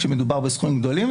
כאשר מדובר בסכומים גדולים,